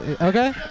Okay